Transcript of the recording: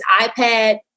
iPad